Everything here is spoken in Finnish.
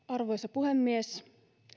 arvoisa puhemies